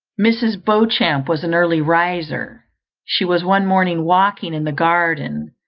mrs. beauchamp was an early riser she was one morning walking in the garden,